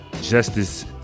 justice